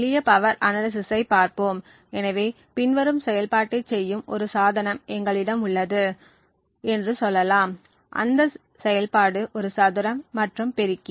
எளிய பவர் அனாலிஸ்சிசைபார்ப்போம் எனவே பின்வரும் செயல்பாட்டைச் செய்யும் ஒரு சாதனம் எங்களிடம் உள்ளது என்று சொல்லலாம் அந்த செயல்பாடு ஒரு சதுரம் மற்றும் பெருக்கி